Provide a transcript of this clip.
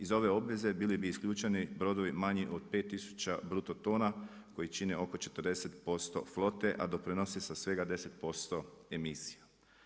Iz ove obveze bili bi isključeni brodovi manji od 5 tisuća bruto tona koji čine oko 40% flote, a doprinose svega sa svega 10% emisija.